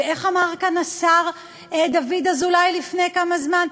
ואיך אמר כאן השר דוד אזולאי לפני כמה זמן?